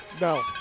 No